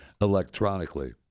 electronically